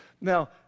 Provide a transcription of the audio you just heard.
Now